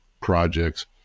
projects